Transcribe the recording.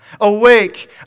Awake